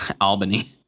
Albany